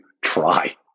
try